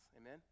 Amen